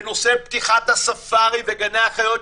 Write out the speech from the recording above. בנושא פתיחת הספארי וגני החיות,